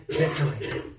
victory